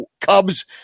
Cubs